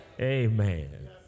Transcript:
amen